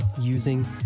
using